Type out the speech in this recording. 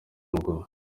amaguru